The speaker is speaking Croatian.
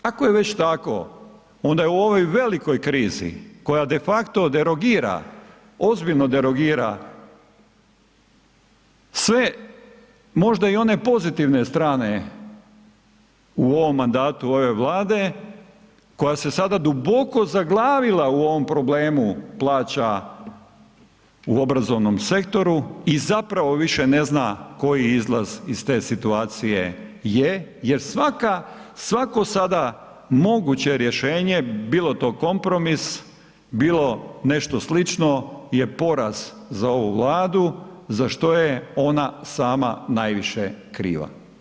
Ako je već tako onda je u ovoj velikoj krizi koja de facto derogira, ozbiljno derogira sve možda i one pozitivne strane u ovom mandatu ove Vlade koja se sada duboko zaglavila u ovom problemu plaća u obrazovnom sektoru i zapravo više ne zna koji izlaz iz te situacije je, jer svaka, svako sada moguće rješenje bilo to kompromis, bilo nešto slično je poraz za ovu Vladu, za što je ona sama najviše kriva.